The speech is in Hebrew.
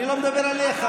אני לא מדבר עליך,